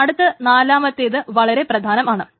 ഇനി അടുത്ത നാലാമത്തേത് വളരെ പ്രധാനമാണ്